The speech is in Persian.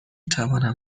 توانم